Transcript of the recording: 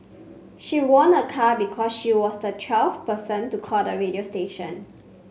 she won a car because she was the twelfth person to call the radio station